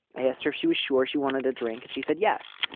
i asked her she was sure she wanted a drink. she said yes.